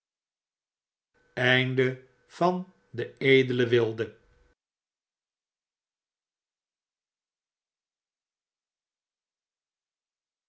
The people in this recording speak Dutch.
de edele wilde